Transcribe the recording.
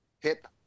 hip